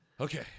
Okay